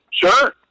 Sure